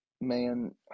Man